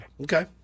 okay